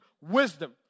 wisdom